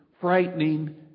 frightening